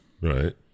Right